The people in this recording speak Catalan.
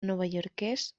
novaiorquès